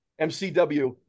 MCW